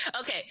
okay